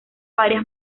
varias